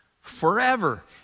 forever